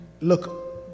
look